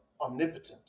omnipotent